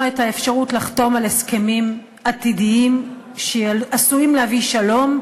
את האפשרות לחתום על הסכמים עתידיים שעשויים להביא שלום,